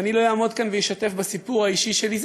אם אני לא אעמוד כאן ואשתף בסיפור האישי שלי,